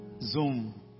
zoom